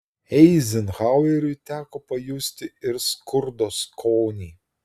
eizenhaueriui teko pajusti ir skurdo skonį